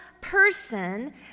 person